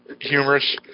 humorous